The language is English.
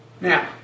Now